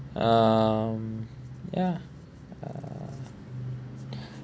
um ya err